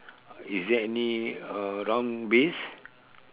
is there any uh round base